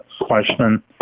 question